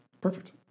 perfect